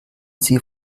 sie